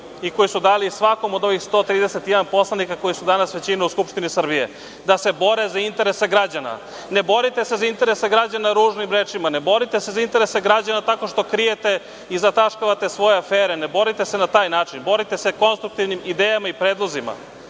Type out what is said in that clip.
i koji su dali svakom od ovih 131 poslanika, koji su danas većina u Skupštini Republike Srbije da se bore za interese građana. Ne borite se za interese građana ružnim rečima. Ne borite se za interese građana tako što krijete i zataškavate svoje afere. Ne borite se na taj način. Borite se konstruktivnim idejama i predlozima.